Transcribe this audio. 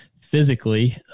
physically